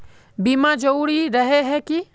बीमा जरूरी रहे है की?